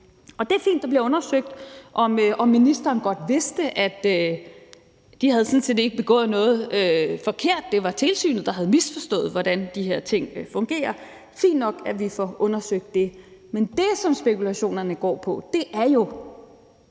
Og det er fint, at det bliver undersøgt, om ministeren godt vidste, at de sådan set ikke havde begået noget forkert, men at det var tilsynet, der havde misforstået, hvordan de her ting fungerer. Det er fint nok, at vi får undersøgt det. Men det, som spekulationerne går på, er jo,